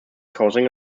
causing